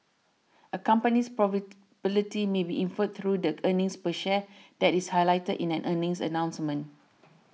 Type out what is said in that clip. a company's profitability may be inferred through the earnings per share that is highlighted in an earnings announcement